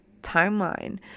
timeline